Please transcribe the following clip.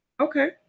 Okay